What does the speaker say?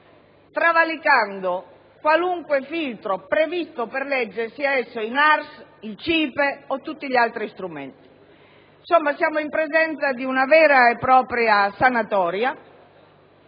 travalicando qualunque filtro previsto per legge, sia esso il NARS, il CIPE o tutti gli altri strumenti. Insomma, siamo in presenza di una vera e propria sanatoria,